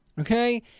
okay